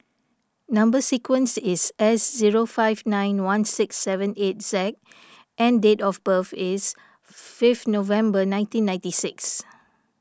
Number Sequence is S zero five nine one six seven eight Z and date of birth is fifth November nineteen ninety six